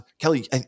Kelly